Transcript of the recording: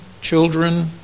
children